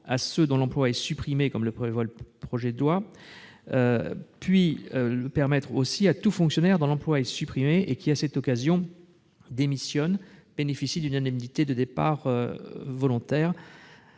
à ceux dont l'emploi est supprimé, comme le prévoit le projet de loi, ainsi qu'à tout fonctionnaire dont l'emploi est supprimé et qui, à cette occasion, démissionne de bénéficier d'une indemnité de départ volontaire,